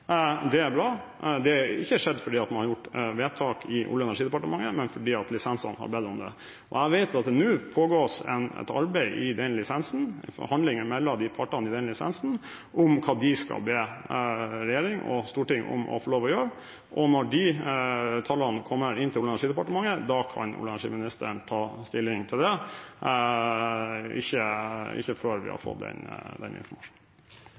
Det er bra. Det har ikke skjedd fordi man har gjort vedtak i Olje-og energidepartementet, men fordi lisensene har bedt om det. Jeg vet at det nå pågår et arbeid med den lisensen – forhandlinger mellom partene i den lisensen – om hva de skal be regjering og storting om å få lov til å gjøre. Når de tallene kommer inn til Olje- og energidepartementet, kan olje- og energiministeren ta stilling til det – ikke før vi har fått den informasjonen.